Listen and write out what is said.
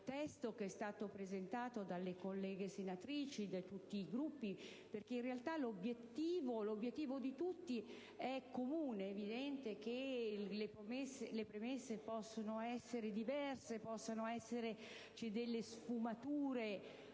testo che è stato presentato dalle colleghe senatrici di tutti i Gruppi, perché in realtà l'obiettivo di tutti è comune. È evidente che le premesse possono essere diverse, possono esserci delle diverse